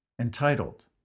entitled